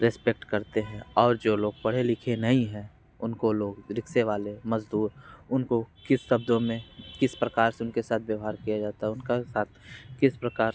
respect करते है और जो लोग पढ़े लिखे नहीं हैं उनको लोग रिक्शे वाले मजदूर उनको किस शब्दों में किस प्रकार से उनके साथ व्यवहार किया जाता है उनका साथ किस प्रकार